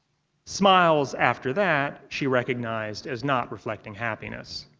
smiles after that she recognized as not reflecting happiness.